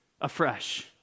afresh